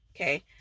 okay